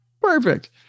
perfect